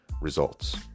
results